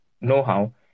know-how